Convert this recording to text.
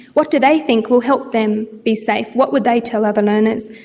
what do they think will help them be safe, what would they tell other learners?